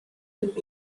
with